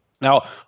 Now